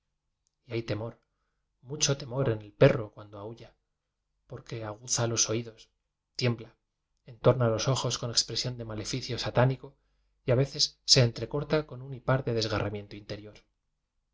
y hay temor mucho temor en el perro cuan do aúlla porque aguza los oídos tiembla entorna los ojos con expresión de maleficio satánico y a veces se entrecorta con un hi par de desgarramiento interior